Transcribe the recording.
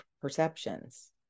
perceptions